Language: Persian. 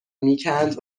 میکند